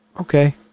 Okay